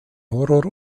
horror